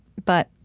but